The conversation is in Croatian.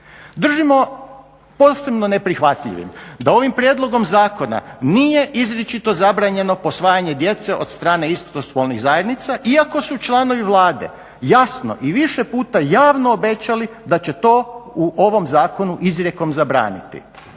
Držimo posebno neprihvatljivim da ovim prijedlogom zakona nije izričito zabranjeno posvajanje djece od strane istospolnih zajednica, iako su članovi Vlade jasno i više puta javno obećali da će to u ovom zakonu izrijekom zabraniti.